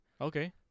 Okay